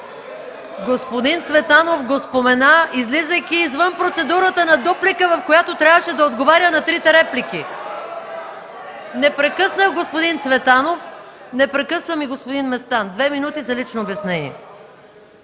господин Лютви Местан, излизайки извън процедурата на дуплика, в която трябваше да отговаря на трите реплики. Не прекъснах господин Цветанов, не прекъсвам и господин Местан – две минути за лично обяснение.